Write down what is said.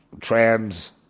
trans